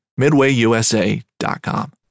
MidwayUSA.com